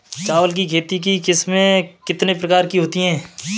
चावल की खेती की किस्में कितने प्रकार की होती हैं?